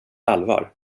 allvar